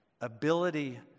ability